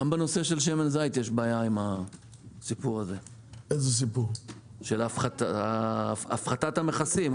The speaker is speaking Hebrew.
גם בנושא שמן הזית יש בעיה עם הסיפור הזה של הפחתת המכסים.